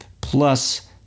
plus